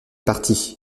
partit